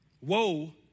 Woe